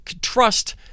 Trust